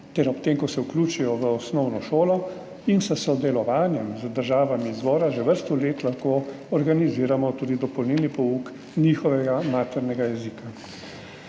ob tem, ko se vključijo v osnovno šolo, s sodelovanjem z državami izvora že vrsto let lahko organiziramo tudi dopolnilni pouk njihovega maternega jezika.